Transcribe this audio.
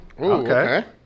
Okay